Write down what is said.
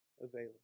available